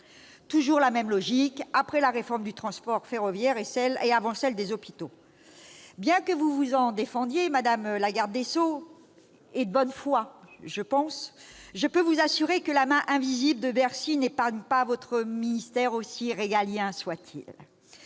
toujours la même logique, après la réforme du transport ferroviaire et avant celle des hôpitaux. Bien que vous vous en défendiez, madame la garde des sceaux- de bonne foi, je pense -, je peux vous assurer que la main invisible de Bercy n'épargne pas votre ministère, aussi régalien soit-il